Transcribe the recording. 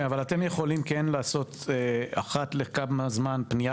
אתם יכולים כן לעשות אחת לכמה זמן פנייה